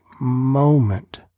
moment